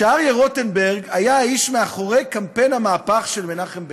שאריה רוטנברג היה האיש מאחורי קמפיין ה"מהפך" של מנחם בגין,